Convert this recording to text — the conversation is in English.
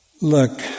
look